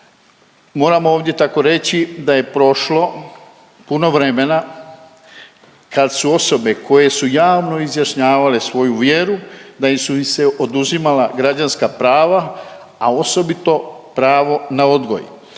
Moram ovdje tako reći da je prošlo puno vremena kad su osobe koje su javno izjašnjavale svoju vjeru da su im se oduzimala građanska prava, a osobito pravo na odgoj.